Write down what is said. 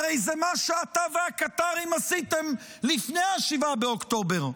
הרי זה מה שאתה והקטרים עשיתם לפני 7 באוקטובר.